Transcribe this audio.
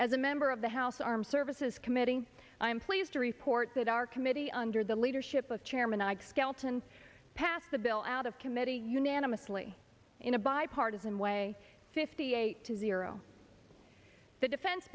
as a member of the house armed services committee i am pleased to report that our committee under the leadership of chairman i'd skelton passed the bill out of committee unanimously in a bipartisan way fifty eight to zero the defense